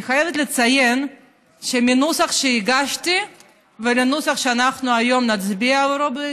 אני חייבת לציין שמהנוסח שהגשתי עד לנוסח שאנחנו נצביע עליו היום,